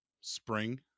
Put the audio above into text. spring